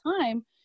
time